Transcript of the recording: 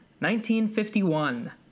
1951